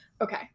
okay